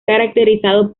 caracterizado